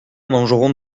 mangeront